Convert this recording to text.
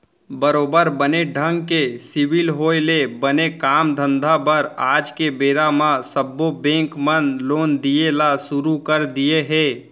बरोबर बने ढंग के सिविल होय ले बने काम धंधा बर आज के बेरा म सब्बो बेंक मन लोन दिये ल सुरू कर दिये हें